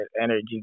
energy